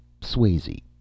Swayze